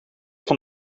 van